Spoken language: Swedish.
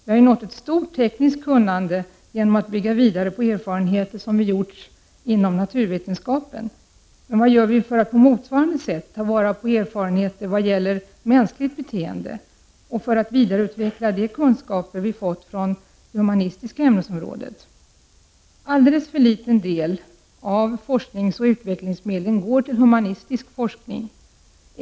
Vi har nått ett stort tekniskt kunnande genom att vi har byggt vidare på erfarenheter som har gjorts inom naturvetenskapen. Vad gör vi för att på motsvarande sätt ta vara på erfarenheterna i vad gäller mänskligt beteende och för att vidareutveckla de kunskaper vi har fått från det humanistiska ämnesområdet? Alltför liten del av forskningsoch utvecklingsmedlen går till humanistisk forskning.